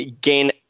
gain